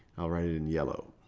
i'll write in yellow,